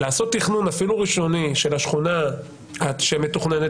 לעשות תכנון אפילו ראשוני של השכונה העתידית שמתוכננת